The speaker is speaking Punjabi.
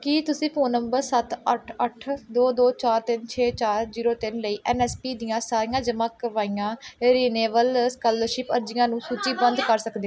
ਕੀ ਤੁਸੀਂ ਫ਼ੋਨ ਨੰਬਰ ਸੱਤ ਅੱਠ ਅੱਠ ਦੋ ਦੋ ਚਾਰ ਤਿੰਨ ਛੇ ਚਾਰ ਜੀਰੋ ਤਿੰਨ ਲਈ ਐਨ ਐਸ ਪੀ ਦੀਆਂ ਸਾਰੀਆਂ ਜਮ੍ਹਾਂ ਕਰਵਾਈਆਂ ਰਿਨਿਵੇਲ ਸਕਾਲਰਸ਼ਿਪ ਅਰਜ਼ੀਆਂ ਨੂੰ ਸੂਚੀਬੱਧ ਕਰ ਸਕਦੇ ਹੋ